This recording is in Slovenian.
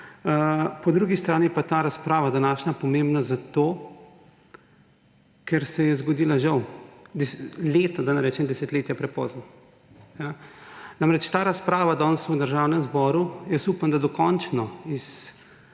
Po drugi strani pa ta je današnja razprava pomembna zato, ker se je žal zgodila leta, da ne rečem desetletja prepozno. Namreč, ta razprava danes v Državnem zboru, upam, da do končno, z